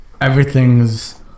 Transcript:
everything's